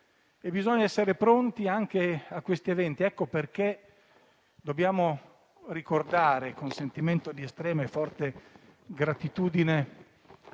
bisogna essere pronti anche a questi eventi. Per questo dobbiamo ricordare, con sentimento di estrema e forte gratitudine,